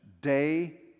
day